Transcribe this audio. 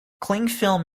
clingfilm